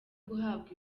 guhabwa